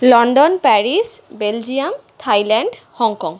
London Paris Belgium Thailand Hong Kong